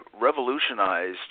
revolutionized